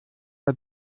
der